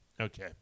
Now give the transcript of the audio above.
okay